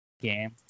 game